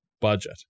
budget